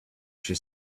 she